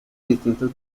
distintas